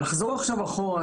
לחזור עכשיו אחורה,